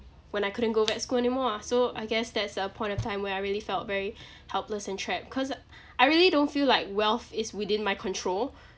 when I couldn't go vet school anymore ah so I guess that's a point of time where I really felt very helpless and trapped cause I really don't feel like wealth is within my control